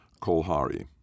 Kolhari